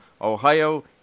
Ohio